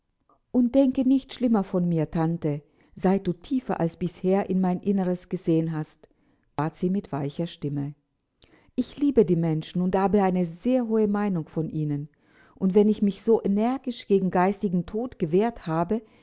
und denke nicht schlimmer von mir tante seit du tiefer als bisher in mein inneres gesehen hast bat sie mit weicher stimme ich liebe die menschen und habe eine sehr hohe meinung von ihnen und wenn ich mich so energisch gegen geistigen tod gewehrt habe